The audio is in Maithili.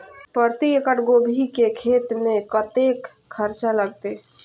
प्रति एकड़ गोभी के खेत में कतेक खर्चा लगते?